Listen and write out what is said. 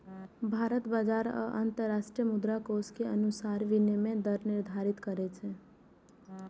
भारत बाजार आ अंतरराष्ट्रीय मुद्राकोष के अनुसार विनिमय दर निर्धारित करै छै